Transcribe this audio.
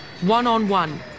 one-on-one